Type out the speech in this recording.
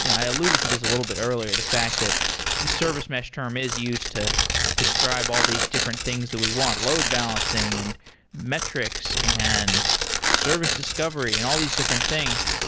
and i alluded to this a little bit earlier, the fact that the service mesh term is used to describe all these different things that we want load balancing, and metrics, and service discovery and all these different things.